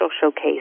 showcase